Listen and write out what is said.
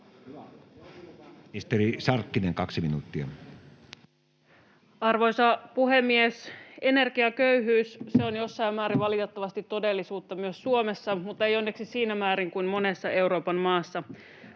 Time: 15:53 Content: Arvoisa puhemies! Energiaköyhyys, se on jossain määrin valitettavasti todellisuutta myös Suomessa mutta ei onneksi siinä määrin kuin monessa Euroopan maassa.